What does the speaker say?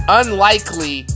unlikely